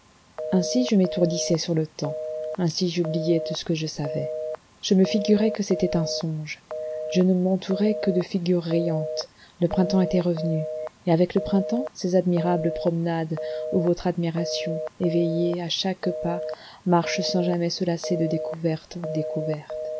ainsi je m'étourdissais sur le temps ainsi j'oubliais tout ce que je savais je me figurais que c'était un songe je ne m'entourais que de figures riantes le printemps était revenu et avec le printemps ces admirables promenades où votre admiration éveillée à chaque pas marche sans jamais se lasser de découvertes en découvertes